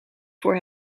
voor